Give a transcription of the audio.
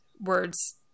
words